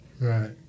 Right